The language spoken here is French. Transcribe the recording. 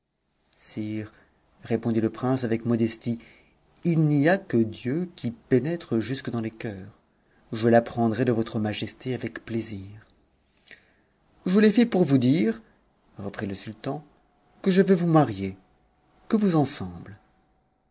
t le prince avec modestie il n'y a que dieu qui pénètre jusque dans les coeurs je l'apprendrai de votre majesté avec plaisir je t'ai fait pour vous dire reprit le sultan que je veux vous marier que vous